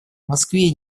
москве